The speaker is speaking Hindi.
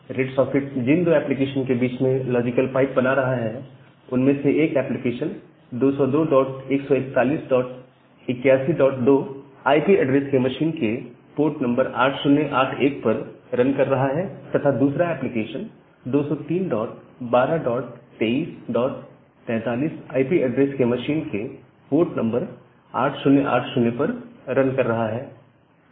रेड सॉकेट जिन दो एप्लीकेशंस के बीच में लॉजिकल पाइप बना रहा है उनमें से एक एप्लीकेशन 202141812 आईपी एड्रेस के मशीन के पोर्ट नंबर 8081 पर रन कर रहा है तथा दूसरा एप्लीकेशन 203122343 आईपी एड्रेस के मशीन के पोर्ट नंबर 8080 पर रन कर रहा है